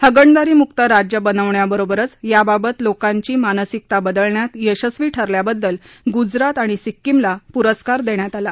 हगणदारी मुक्त राज्य बनवण्याबरोबरच याबाबत लोकांची मानसिकता बदलण्यात यशस्वी ठरल्याबद्दल गुजरात आणि सिक्कीमला पुरस्कार देण्यात आला